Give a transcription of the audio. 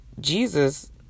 Jesus